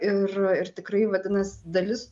ir tikrai vadinasi dalis